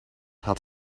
had